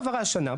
עברה שנה,